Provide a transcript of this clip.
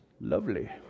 lovely